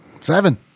Seven